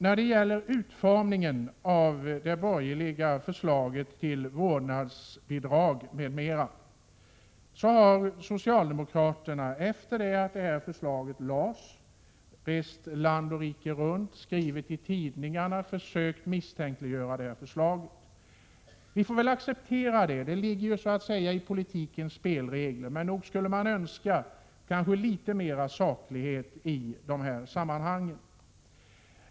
När det gäller utformningen av det borgerliga förslaget till vårdnadsbidrag m.m. har socialdemokraterna, efter det att detta förslag lades fram, skrivit i tidningarna och rest land och rike runt och försökt misstänkliggöra det här förslaget. Vi får väl acceptera det — det ingår ju så att säga i politikens spelregler, men nog skulle man önska litet mer saklighet i dessa sammanhang.